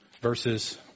verses